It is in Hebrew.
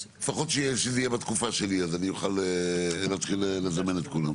לפחות שזה יהיה בתקופה שלי ואני אוכל להתחיל לזמן את כולם.